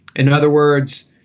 in other words.